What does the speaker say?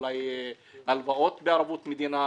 אולי הלוואות בערבות מדינה,